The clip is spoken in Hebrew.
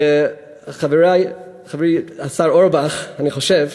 וחברי השר אורבך, אני חושב,